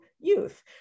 youth